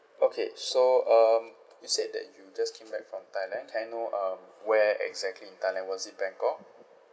okay so um you said that you just came back from thailand can I know um where exactly in thailand was it bangkok